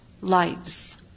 lives